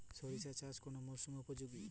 সরিষা চাষ কোন মরশুমে উপযোগী?